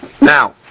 Now